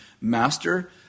Master